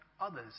others